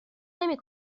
نمی